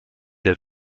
der